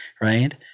right